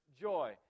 joy